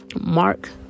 Mark